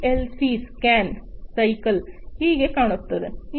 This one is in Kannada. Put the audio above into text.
ಪಿಎಲ್ಸಿ ಸ್ಕ್ಯಾನ್ ಸೈಕಲ್ ಹೇಗೆ ಕಾಣುತ್ತದೆ